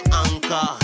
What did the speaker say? anchor